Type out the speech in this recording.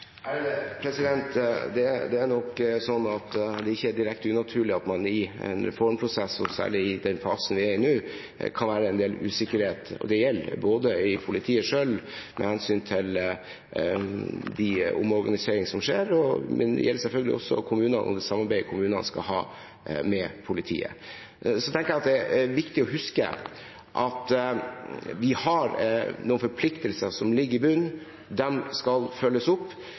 Det er nok slik at det er ikke direkte unaturlig at i en reformprosess, og særlig i den fasen vi er i nå, kan det være en del usikkerhet. Det gjelder både i politiet selv med hensyn til den omorganiseringen som skjer, og det gjelder selvfølgelig kommuner og det samarbeidet kommunene skal ha med politiet. Så tenker jeg at det er viktig å huske at vi har noen forpliktelser som ligger i bunnen, og de skal følges opp.